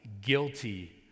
Guilty